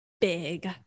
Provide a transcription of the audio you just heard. big